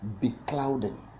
beclouding